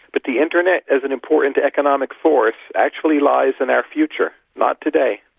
but the internet as an important economic source actually lies in our future, not today.